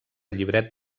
llibret